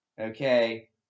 Okay